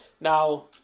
now